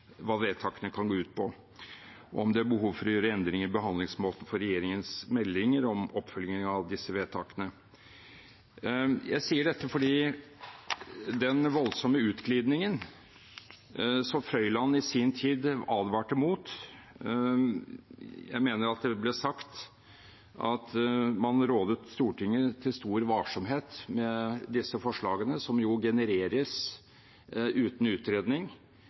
det er behov for å gjøre endringer i behandlingsmåten for regjeringens meldinger om oppfølgingen av disse vedtakene. Jeg sier dette med tanke på den voldsomme utglidningen som Frøiland i sin tid advarte mot. Jeg mener det ble sagt at man rådet Stortinget til stor varsomhet med disse forslagene, som jo genereres uten utredning,